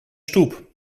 stoep